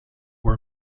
are